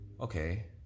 okay